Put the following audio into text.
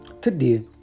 Today